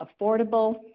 affordable